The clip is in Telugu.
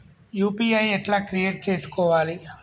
యూ.పీ.ఐ ఎట్లా క్రియేట్ చేసుకోవాలి?